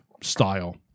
style